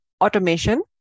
automation